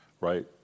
right